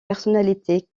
personnalités